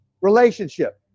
relationship